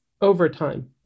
overtime